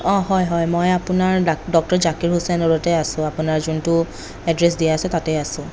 অঁ হয় হয় মই আপোনাৰ ডাক ডক্টৰ জাকিৰ হুছেইন ৰোডতে আছো আপোনাৰ যোনটো এড্ৰেচ দিয়া আছে তাতেই আছে